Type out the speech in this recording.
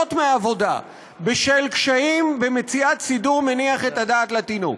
מהעבודה בשל קשיים במציאת סידור מניח את הדעת לתינוק.